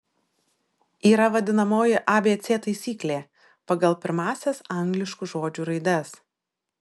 yra vadinamoji abc taisyklė pagal pirmąsias angliškų žodžių raides